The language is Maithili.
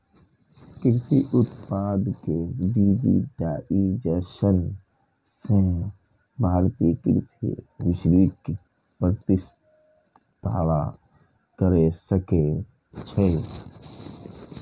कृषि उत्पाद के डिजिटाइजेशन सं भारतीय कृषि वैश्विक प्रतिस्पर्धा कैर सकै छै